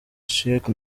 sheikh